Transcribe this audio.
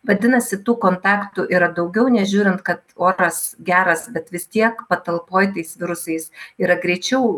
vadinasi tų kontaktų yra daugiau nežiūrint kad oras geras bet vis tiek patalpoj tais virusais yra greičiau